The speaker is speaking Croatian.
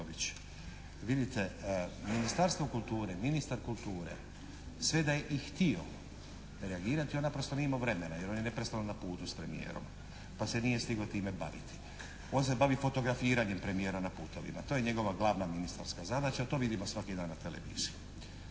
kulture, ministar kulture sve da je i htio reagirati on naprosto nije imao vremena jer on je neprestano na putu s premijerom pa se nije stigao s time baviti. On se bavi fotografiranjem premijera na putovima. To je njegova glavna ministarska zadaća. To vidimo svaki dan na televiziji.